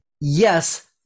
yes